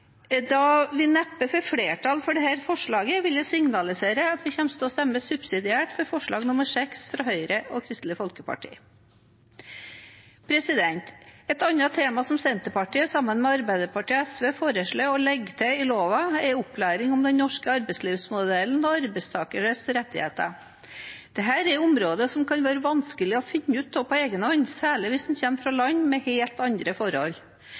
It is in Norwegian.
Da vi neppe får flertall for dette forslaget, vil jeg signalisere at vi kommer til å stemme subsidiært for forslag nr. 6, fra Høyre og Kristelig Folkeparti. Et annet tema som Senterpartiet, sammen med Arbeiderpartiet og SV, foreslår å legge til i loven, er opplæring om den norske arbeidslivsmodellen og arbeidstakeres rettigheter. Dette er områder som kan være vanskelig å finne ut av på egen hånd, særlig hvis en kommer fra land med helt andre forhold.